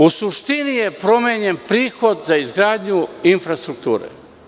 U suštini je promenjen prihod za izgradnju infrastrukture.